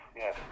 yes